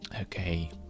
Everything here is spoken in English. okay